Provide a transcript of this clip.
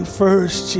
first